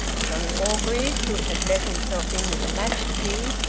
johnnie orgreave, who had let himself in with a latchkey,